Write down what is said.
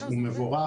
הוא מבורך.